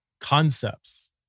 concepts